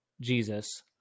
Jesus